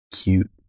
cute